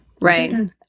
Right